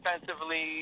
defensively